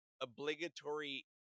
obligatory